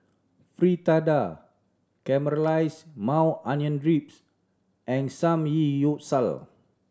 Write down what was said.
Fritada Caramelized Maui Onion Drips and Samgeyopsal